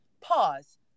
pause